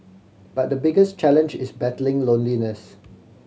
but the biggest challenge is battling loneliness